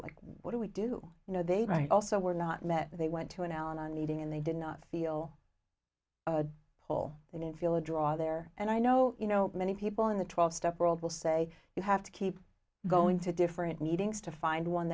like what do we do you know they write also were not met they went to an al anon meeting and they did not feel a whole they didn't feel a draw there and i know you know many people in the twelve step world will say you have to keep going to different meetings to find one